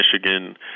Michigan